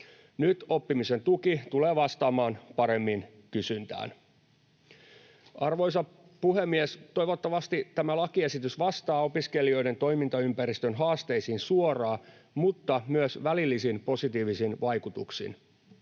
Nyt oppimisen tuki tulee vastaamaan paremmin kysyntään. Arvoisa puhemies! Toivottavasti tämä lakiesitys vastaa opiskelijoiden toimintaympäristön haasteisiin suoraan mutta myös välillisin positiivisin vaikutuksin.